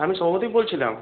আমি সৌম্যদীপ বলছিলাম